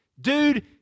Dude